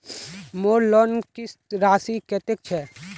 मोर लोन किस्त राशि कतेक छे?